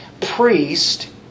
priest